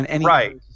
Right